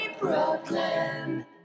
Brooklyn